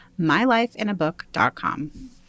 MyLifeInABook.com